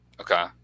Okay